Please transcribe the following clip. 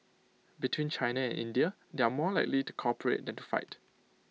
between China and India they are more likely to cooperate than to fight